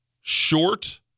short